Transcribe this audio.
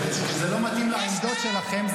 כשזה לא מתאים לעמדות שלכם,